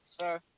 Sir